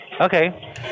Okay